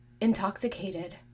intoxicated